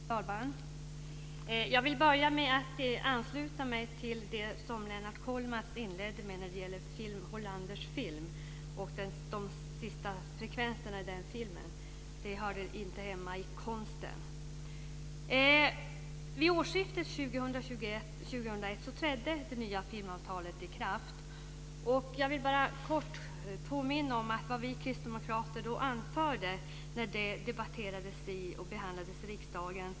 Fru talman! Jag vill börja med att ansluta mig till det som Lennart Kollmats inledde med att säga om Hollenders film. De sista sekvenserna i den filmen hör inte hemma inom konsten. Vid årsskiftet 2000/01 trädde det nya filmavtalet i kraft. Jag vill bara kort påminna om vad vi kristdemokrater anförde vid behandlingen av det i riksdagen.